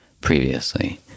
previously